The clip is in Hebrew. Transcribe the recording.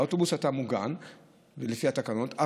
באוטובוס אתה מוגן לפי התקנות,